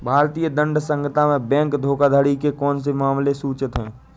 भारतीय दंड संहिता में बैंक धोखाधड़ी के कौन से मामले सूचित हैं?